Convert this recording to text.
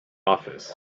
office